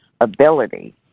ability